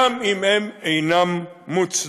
גם אם הם אינם מוצדקים.